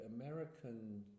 American